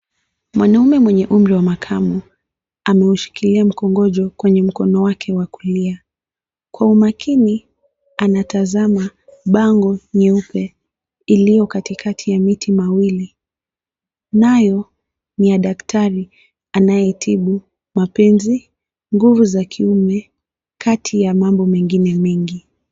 Mwanaume mwenye umri wa makamu ameushikilia mkongojo kwenye mkono wake wa kulia, kwa umakini anatazama bango nyeupe iliyo katikati ya miti mawili, nayo ni ya daktari anayetibu mapenzi, nguvu za kiume kati ya mambo mengine mengi.